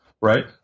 right